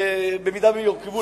במידה שהם יורכבו,